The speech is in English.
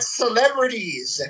celebrities